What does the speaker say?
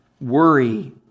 Worry